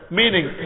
meaning